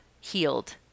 healed